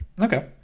Okay